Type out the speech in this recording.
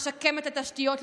לשקם את התשתיות,